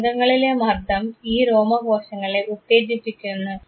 തരംഗങ്ങളിലെ മർദ്ദം ഈ രോമ കോശങ്ങളെ ഉത്തേജിപ്പിക്കുന്നു